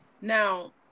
Now